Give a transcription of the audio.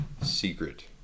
Secret